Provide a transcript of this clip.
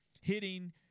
hitting